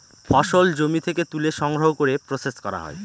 ফসল জমি থেকে তুলে সংগ্রহ করে প্রসেস করা হয়